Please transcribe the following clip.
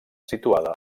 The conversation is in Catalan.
situada